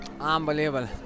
Unbelievable